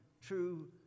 true